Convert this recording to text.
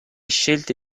scelta